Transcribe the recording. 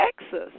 Texas